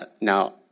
Now